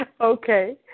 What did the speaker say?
Okay